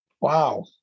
Wow